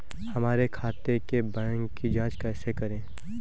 हमारे खाते के बैंक की जाँच कैसे करें?